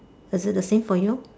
is it the same for you